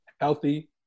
healthy